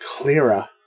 clearer